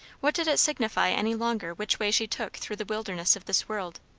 what did it signify any longer which way she took through the wilderness of this world?